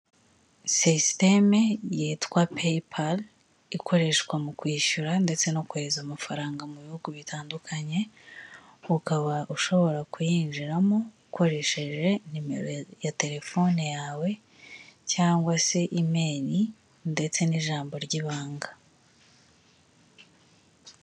Sisiteme yitwa payi pari ikoreshwa mu kwishyura ndetse no kohereza amafaranga mu bihugu bitandukanye, ukaba ushobora kuyinjiramo ukoresheje nimero ya terefone yawe cyangwa se imeri ndetse n'ijambo ry'ibanga.